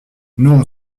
non